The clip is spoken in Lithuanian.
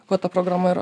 kuo ta programa yra